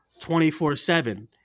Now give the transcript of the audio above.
24-7